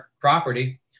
property